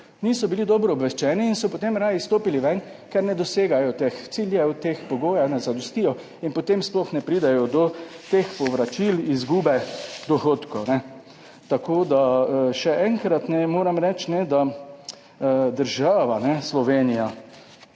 niso bili dobro obveščeni in so potem raje stopili ven, ker ne dosegajo teh ciljev, teh pogojev ne zadostijo in potem sploh ne pridejo do teh povračil, izgube dohodkov. Tako da še enkrat moram reči, da država Slovenija